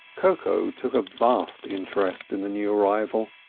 koko took a vast interest in the new arrival.